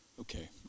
Okay